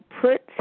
Put